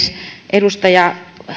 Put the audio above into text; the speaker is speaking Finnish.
edustaja